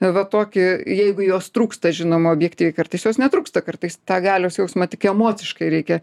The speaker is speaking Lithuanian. va tokį jeigu jos trūksta žinoma objektyviai kartais jos netrūksta kartais tą galios jausmą tik emociškai reikia